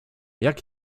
jak